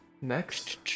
Next